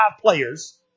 players